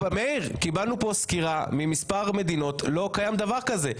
קיבלנו פה סקירה על מספר מדינות לא קיים דבר כזה.